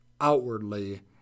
outwardly